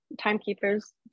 timekeepers